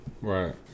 Right